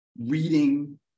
reading